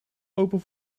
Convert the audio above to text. open